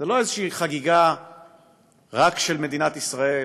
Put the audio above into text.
זו לא איזו חגיגה רק של מדינת ישראל